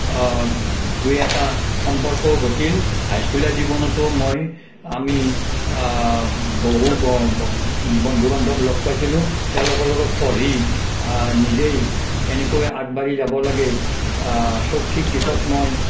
দুই এটা সম্পৰ্ক ঘটিল হাইস্কুলীয়া জীৱনতো মই আমি বহু বন্ধু বান্ধৱ লগ পাইছিলোঁ তেওঁলোকৰ লগত পঢ়ি নিজেই কেনেকৈ আগবাঢ়ি যাব লাগে শৈক্ষিক দিশত মই